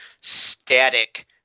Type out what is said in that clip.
static